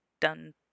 done